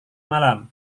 malam